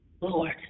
Lord